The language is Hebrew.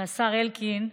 על השר אלקין.